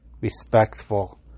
respectful